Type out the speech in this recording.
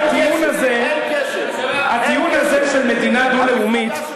הטיעון הזה, של מדינה לאומית,